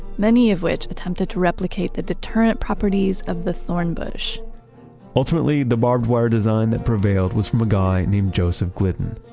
many of which attempted to replicate the deterrent properties of the thornbush ultimately, the barbed wire design that prevailed was a guy named joseph glidden.